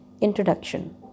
Introduction